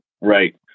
right